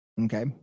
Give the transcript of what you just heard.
Okay